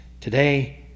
Today